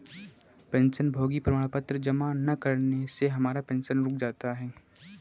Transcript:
पेंशनभोगी प्रमाण पत्र जमा न करने से हमारा पेंशन रुक जाता है